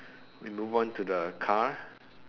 we move on to the car